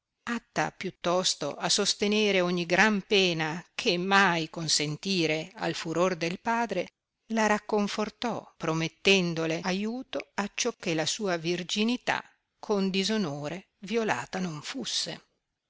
atta più tosto a sostenere ogni gran pena che mai consentire al furor del padre la racconfortò promettendole aiuto acciò che la sua virginità con disonore violata non fusse